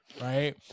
right